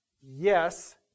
Yes